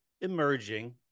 emerging